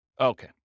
Okay